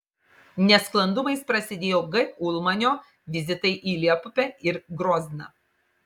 nesklandumais prasidėjo g ulmanio vizitai į liepupę ir grozną